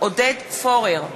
עודד פורר,